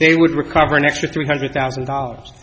they would recover an extra three hundred thousand dollars